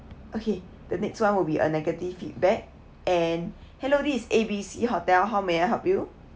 okay the next one will be a negative feedback and hello this is A B C hotel how may I help you